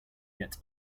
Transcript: yet